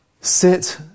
sit